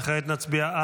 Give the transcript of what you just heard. וכעת נצביע על?